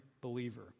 believer